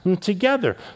together